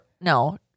no